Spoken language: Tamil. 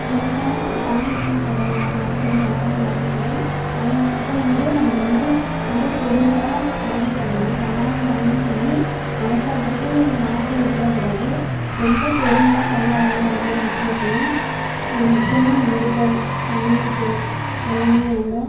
ஃப்ரெண்டாக பணியிடத்தில் செய்கிறவங்களா இருந்தாலும் சரி யாராக இருந்தாலும் சரி அவங்கள்ட்ட வந்து நம்ம வந்து ரொம்ப பொறுமையாக ஹேண்டில் பண்ணணும் யாராக இருந்தாலுமே சரி அவசரப்பட்டு வார்த்தையை விட்டுறக்கூடாது ரொம்ப பொறுமையாக கையாளணும் ஒவ்வொரு விஷயத்தையும் முக்கியமாக நம்பிக்கை தன்னம்பிக்கை எல்லாமே வேண்டும்